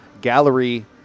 gallery